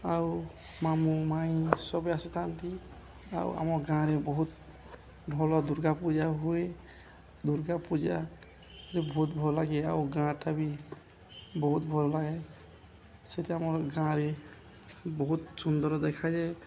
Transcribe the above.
ଆଉ ମାମୁଁ ମାଇଁ ସବୁ ଆସିଥାନ୍ତି ଆଉ ଆମ ଗାଁରେ ବହୁତ ଭଲ ଦୁର୍ଗା ପୂଜା ହୁଏ ଦୁର୍ଗା ପୂଜାରେ ବହୁତ ଭଲ ଲାଗେ ଆଉ ଗାଁଟା ବି ବହୁତ ଭଲ ଲାଗେ ସେଇଟା ଆମର ଗାଁରେ ବହୁତ ସୁନ୍ଦର ଦେଖାଯାଏ